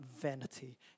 vanity